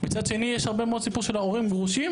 מצד שני יש הרבה מאוד סיפורים של הורים גרושים,